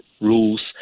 rules